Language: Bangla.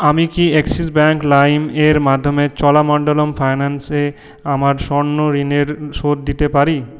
আমি কি অ্যাক্সিস ব্যাঙ্ক লাইম এর মাধ্যমে চোলামণ্ডলম ফাইন্যান্সে আমার স্বর্ণ ঋণের শোধ দিতে পারি